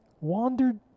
wandered